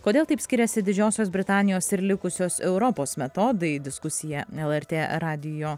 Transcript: kodėl taip skiriasi didžiosios britanijos ir likusios europos metodai diskusija lrt radijo